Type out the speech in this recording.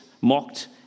mocked